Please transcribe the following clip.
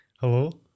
Hello